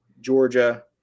Georgia